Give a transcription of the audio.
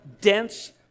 dense